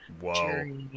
Whoa